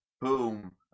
Boom